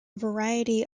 variety